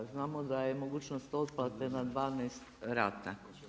Znamo da je mogućnost otplate na 12 rata.